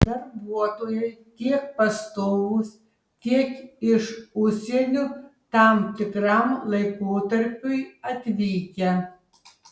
darbuotojai tiek pastovūs tiek iš užsienio tam tikram laikotarpiui atvykę